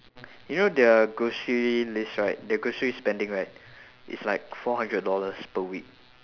you know their grocery list right their grocery spending right is like four hundred dollars per week